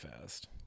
fast